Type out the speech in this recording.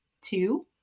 two